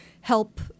help